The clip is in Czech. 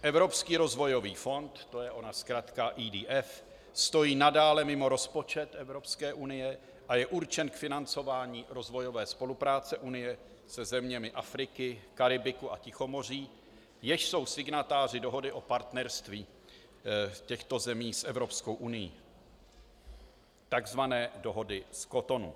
Evropský rozvojový fond, to je ona zkratka EDF, stojí nadále mimo rozpočet Evropské unie a je určen k financování rozvojové spolupráce Unie se zeměmi Afriky, Karibiku a Tichomoří, jež jsou signatáři dohody o partnerství těchto zemí s Evropskou unií, takzvané dohody z Cotonu.